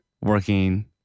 working